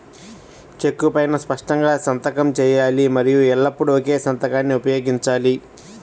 చెక్కు పైనా స్పష్టంగా సంతకం చేయాలి మరియు ఎల్లప్పుడూ ఒకే సంతకాన్ని ఉపయోగించాలి